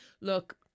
look